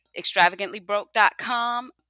extravagantlybroke.com